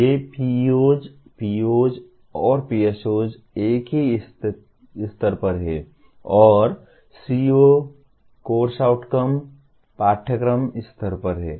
ये PEOs POs और PSOs एक ही स्तर पर हैं और CO कोर्स आउटकम पाठ्यक्रम स्तर पर हैं